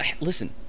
listen